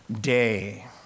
day